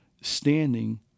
standing